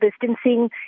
distancing